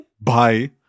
Bye